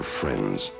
friends